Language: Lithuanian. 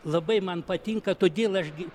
labai man patinka todėl aš gi